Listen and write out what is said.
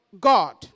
God